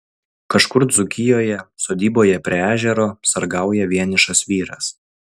kažkur dzūkijoje sodyboje prie ežero sargauja vienišas vyras